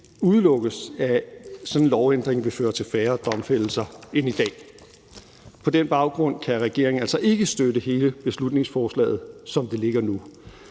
udelukkes, at sådan en lovændring vil føre til færre domfældelser end i dag. På den baggrund kan regeringen altså ikke støtte hele beslutningsforslaget, som det ligger nu.